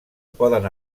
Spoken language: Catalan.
poden